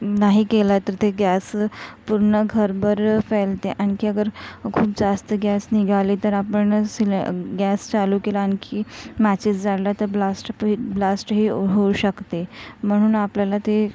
नाही केला तर ते गॅस पूर्ण घर भर फैलते आणखी अगर खूप जास्त गॅस निघाला तर आपण सिलें गॅस चालू केला आणखी माचीस जाळला तर ब्लास्ट ब्लास्टही होऊ शकते म्हणून आपल्याला ते